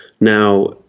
Now